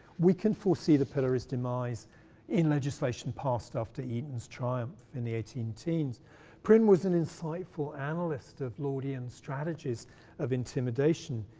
we can foresee the pillory's demise in legislation passed after eaton's triumph in the eighteen ten s. prynne's was an insightful analyst of laudian strategies of intimidation.